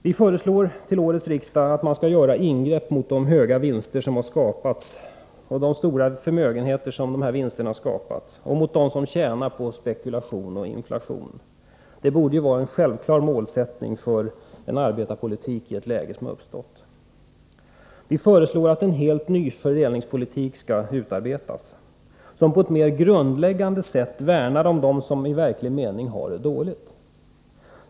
Vi föreslår till årets riksdag att man skall göra ingrepp mot de höga vinster som har skapat stora förmögenheter och mot dem som har tjänat på spekulation och inflation. Det borde vara en självklar målsättning för en arbetarpolitik i det läge som har uppstått. Vi föreslår att en helt ny fördelningspolitik skall utarbetas, som på ett mer grundläggande sätt värnar om dem som har det i verklig mening dåligt.